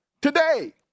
Today